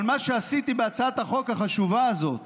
אבל מה שעשיתי בהצעת החוק החשובה הזאת